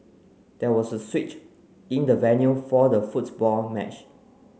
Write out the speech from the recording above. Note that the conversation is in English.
there was a switch in the venue for the football match